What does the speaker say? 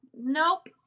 Nope